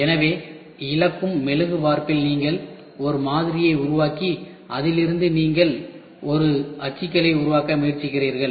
எனவே இழக்கும் மெழுகு வார்ப்பில் நீங்கள் ஒரு மாதிரியை உருவாக்கி அதிலிருந்து நீங்கள் ஒரு அச்சுகளை உருவாக்க முயற்சிக்கிறீர்கள்